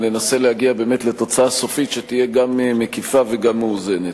וננסה להגיע באמת לתוצאה סופית שתהיה גם מקיפה וגם מאוזנת.